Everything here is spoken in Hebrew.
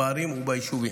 בערים וביישובים.